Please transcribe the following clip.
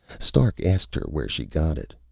stark asked her where she got it.